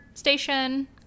station